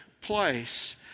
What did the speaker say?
place